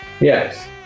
Yes